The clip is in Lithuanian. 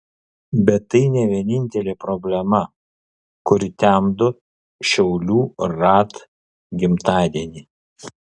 bet tai ne vienintelė problema kuri temdo šiaulių raad gimtadienį